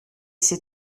c’est